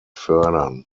fördern